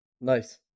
Nice